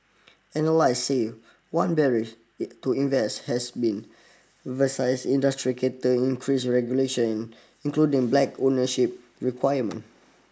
analysts say one barrier to invest has been revised industry character increase regulation including black ownership requirement